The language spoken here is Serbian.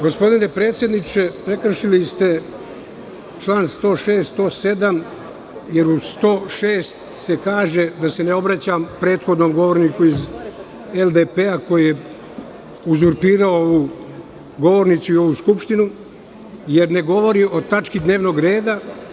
Gospodine predsedniče, prekršili ste član 106, 107. jer u 106. se kaže da se ne obraćam prethodnom govorniku iz LDP koji je uzurpirao ovu govornicu, ovu Skupštinu, jer ne govori o tački dnevnog reda.